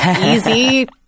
Easy